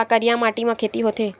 का करिया माटी म खेती होथे?